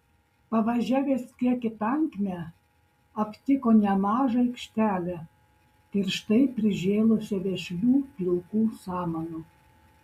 pavažiavęs kiek į tankmę aptiko nemažą aikštelę tirštai prižėlusią vešlių pilkų samanų